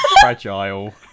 fragile